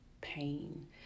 pain